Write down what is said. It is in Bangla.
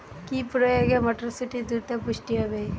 কি প্রয়োগে মটরসুটি দ্রুত পুষ্ট হবে?